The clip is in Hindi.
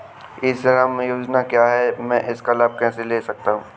ई श्रम योजना क्या है मैं इसका लाभ कैसे ले सकता हूँ?